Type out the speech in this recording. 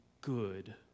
Good